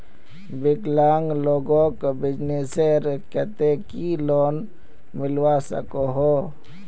विकलांग लोगोक बिजनेसर केते की लोन मिलवा सकोहो?